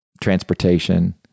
transportation